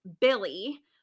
Billy